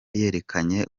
yerekanye